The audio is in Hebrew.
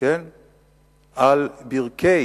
על ברכי